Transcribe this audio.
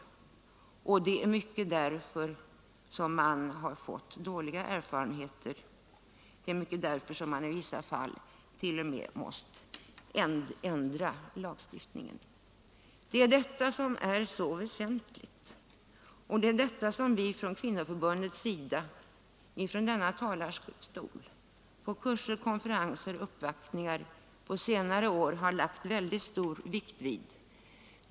Det är i stor utsträckning därför som man har fått dåliga erfarenheter och i vissa fall t.o.m. har måst ändra lagstiftningen. Det är just en intensifierad upplysning som är så väsentlig och som vi från Kvinnoförbundets sida — från denna talarstol, på kurser, konferenser och uppvaktningar — på senare år har lagt mycket stor vikt vid.